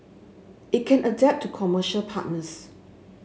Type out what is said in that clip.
it can adapt to commercial partners